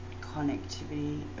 connectivity